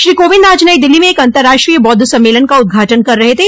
श्री कोविंद आज नई दिल्ली में एक अन्तर्राष्ट्रीय बौद्ध सम्मेलन का उद्घाटन कर रहे थे